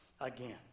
again